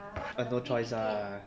uh no choice lah